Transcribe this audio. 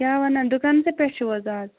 کیٛاہ وَنان دُکانسٕے پٮ۪ٹھ چھِو حظ اَز